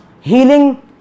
Healing